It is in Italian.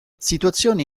situazioni